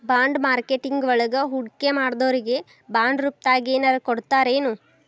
Bond marketing ವಳಗ ಹೂಡ್ಕಿಮಾಡ್ದೊರಿಗೆ ಬಾಂಡ್ರೂಪ್ದಾಗೆನರ ಕೊಡ್ತರೆನು?